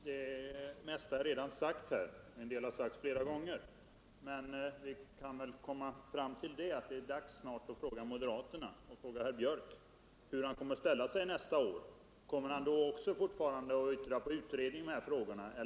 Herr talman! Det mesta är redan sagt i denna fråga, och en del har sagts Nr 109 Onsdagen den 30 oktober 1974 år. Kommer herr Björck då fortfarande att yrka på utredning av dessa frågor LL eller är han beredd att stödja det textförslag som vi var överens om år Folkomröstning 1973? flera gånger.